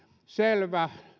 selvä